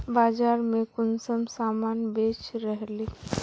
बाजार में कुंसम सामान बेच रहली?